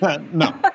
No